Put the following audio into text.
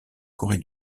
corée